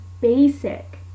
basic